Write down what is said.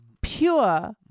pure